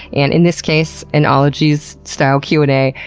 and in this case, an ologies style q and a.